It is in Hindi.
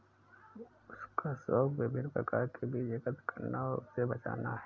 उसका शौक विभिन्न प्रकार के बीज एकत्र करना और उसे बचाना है